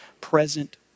present